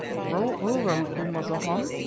roll over, macumazahn,